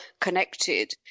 connected